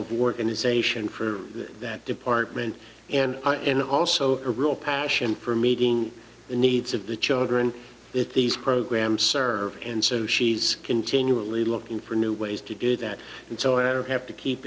for that department and and also a real passion for meeting the needs of the children if these programs serve and so she's continually looking for new ways to do that and so i don't have to keep